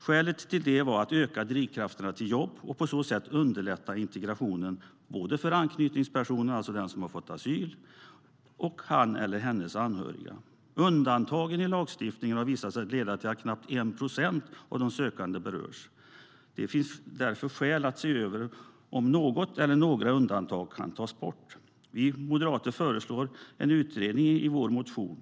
Skälet till det var att vi ville öka drivkrafterna till jobb och på så sätt underlätta integrationen för både anknytningspersonen, alltså den som fått asyl, och hans eller hennes anhöriga. Undantagen i lagstiftningen har dock visat sig leda till att knappt 1 procent av de sökande berörs. Det finns därför skäl att se över om något eller några undantag kan tas bort. Vi moderater föreslår i vår motion en utredning.